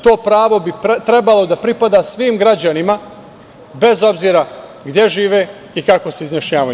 To pravo bi trebalo da pripada svim građanima, bez obzira gde žive i kako se izjašnjavaju.